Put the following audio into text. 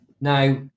Now